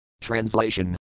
Translation